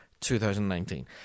2019